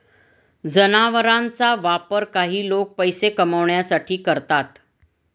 जनावरांचा वापर काही लोक पैसे कमावण्यासाठी करतात